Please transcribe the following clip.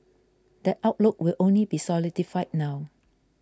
that outlook will only be solidified now